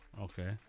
Okay